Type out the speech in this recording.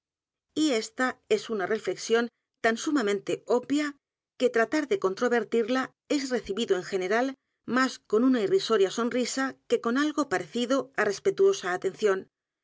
y ésta es una reflexión tan sumamente obvia que tratar de controel misterio de maría rogét vertirla es recibido en general más con una irrisoria sonrisa que con algo parecido á respetuosa atención